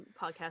podcast